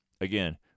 Again